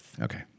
Okay